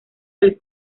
del